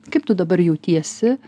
kaip tu dabar jautiesi